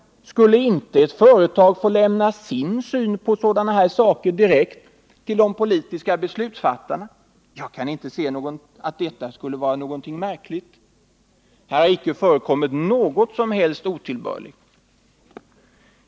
Skulle inte ett företag få lämna sin syn på sådana här saker direkt till de politiska beslutsfattarna? Jag kan inte se att det skulle vara någonting märkligt! Här har icke förekommit något som helst otillbörligt.